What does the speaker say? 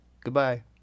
Goodbye